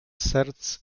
serc